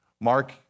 Mark